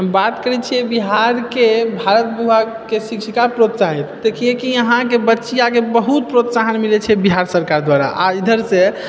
बात करै छियै बिहार के भारत भूभागके शिक्षिका प्रोत्साहन देखियै कि यहाँके बचियाके बहुत प्रोत्साहन मिलैत छै बिहार सरकार द्वारा आ इधर से